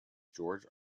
george